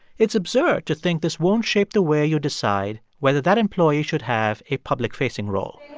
it's absurd to think this won't shape the way you decide whether that employee should have a public-facing role